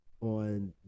on